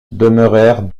demeurèrent